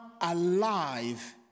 alive